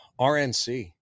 rnc